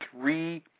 three